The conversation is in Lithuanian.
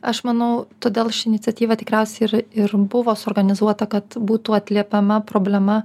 aš manau todėl ši iniciatyva tikriausiai ir ir buvo suorganizuota kad būtų atliepiama problema